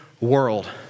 world